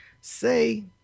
Say